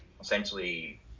essentially